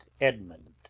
Edmund